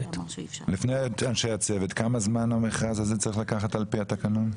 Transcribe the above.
כמה זמן המכרז הזה צריך לקחת על פי התקנון?